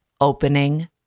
opening